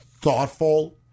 thoughtful